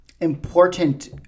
important